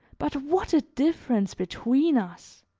but what a difference between us!